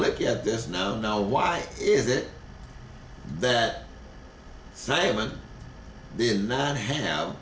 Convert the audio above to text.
look at this now now why is it that simon did not have